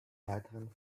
weiteren